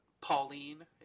Pauline